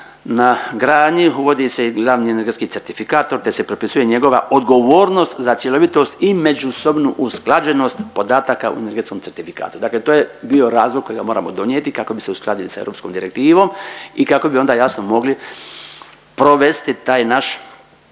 na gradnji uvodi se i glavni energetski certifikat … se propisuje njegova odgovornost za cjelovitost i međusobnu usklađenost podataka u energetskom certifikatu. Dakle, to je bio razlog kojega moramo donijeti kako bi se uskladili sa europskom direktivom i kako bi onda jasno mogli provesti taj naš